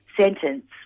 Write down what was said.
sentence